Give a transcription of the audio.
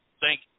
thank